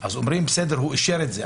אז אומרים: בסדר, הוא אישר את זה.